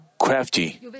crafty